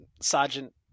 Sergeant